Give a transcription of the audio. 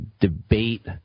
debate